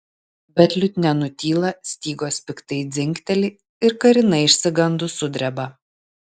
bet liutnia nutyla stygos piktai dzingteli ir karina išsigandus sudreba